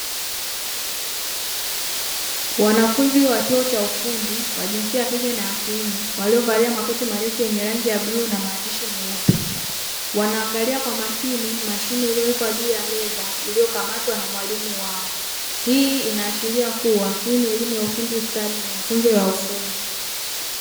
Wanafunzi wa chuo cha ufundi; wa jinsia ya kike na ya kiume, waliovalia makoti ya marefu yenye rangi ya bluu na maandishi meupe, wanaangalia kwa makini mashine iliyowekwa juu ya meza; iliyokamatwa na mwalimu wao, hii inaashiria kuwa hii ni elimu ya ufundi stadi na mafunzo ya ufundi.